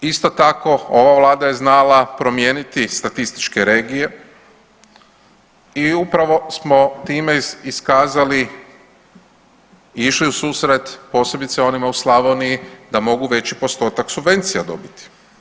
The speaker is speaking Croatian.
Isto tako ova vlada je znala promijeniti statističke regije i upravo smo time iskazali išli u susret, posebice onima u Slavoniji da mogu veći postotak subvencija dobiti.